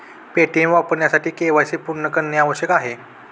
Paytm वापरण्यासाठी KYC पूर्ण करणे आवश्यक आहे